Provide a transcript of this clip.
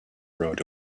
rode